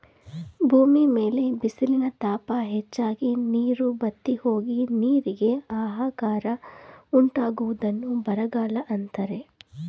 ಭೂಮಿ ಮೇಲೆ ಬಿಸಿಲಿನ ತಾಪ ಹೆಚ್ಚಾಗಿ, ನೀರು ಬತ್ತಿಹೋಗಿ, ನೀರಿಗೆ ಆಹಾಕಾರ ಉಂಟಾಗುವುದನ್ನು ಬರಗಾಲ ಅಂತರೆ